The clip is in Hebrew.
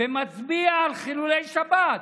ומצביע על חילולי שבת,